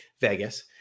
Vegas